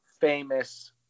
famous